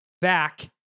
back